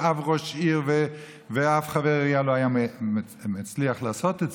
מה שאף ראש עיר ואף חבר עירייה לא היה מצליח לעשות,